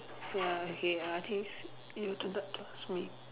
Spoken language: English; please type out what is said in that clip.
ya okay I think is you have to d~ to ask me